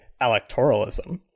electoralism